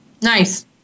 Nice